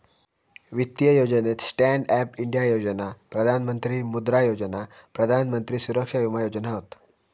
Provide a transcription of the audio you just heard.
वित्तीय योजनेत stand up India योजना, प्रधान मंत्री मुद्रा योजना, प्रधान मंत्री सुरक्षा विमा योजना हत